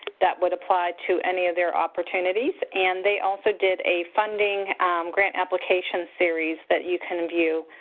that would apply to any of their opportunities. and they also did a funding grant application series that you can view.